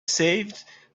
saved